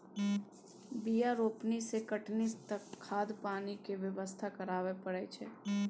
बीया रोपनी सँ कटनी तक खाद पानि केर बेवस्था करय परय छै